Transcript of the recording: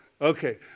Okay